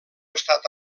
estat